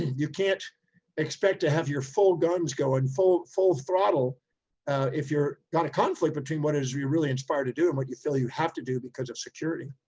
you can't expect to have your full guns going full, full throttle if you're got a conflict between what it is you're really inspired to do, and what you feel you have to do because of security.